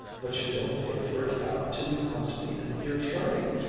but you don't pay for a cab till you come to the end of your journey!